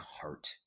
heart